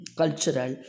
cultural